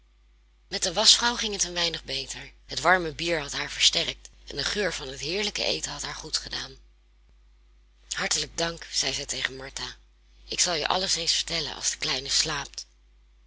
met de waschvrouw ging het een weinig beter het warme bier had haar versterkt en de geur van het heerlijke eten had haar goedgedaan hartelijk dank zeide zij tegen martha ik zal je alles eens vertellen als de kleine slaapt